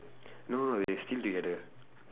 no no they still together